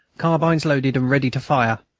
carbines loaded and ready to fire!